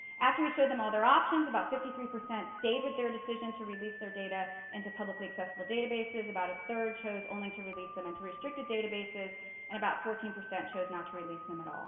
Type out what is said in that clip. after we showed them all their options about fifty three percent stayed with their decision to release their data into publicly accessible databases. about a third chose only to release them into restricted databases and about fourteen percent chose not to release them at